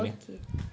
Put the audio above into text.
okay